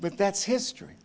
but that's history